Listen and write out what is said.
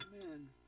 Amen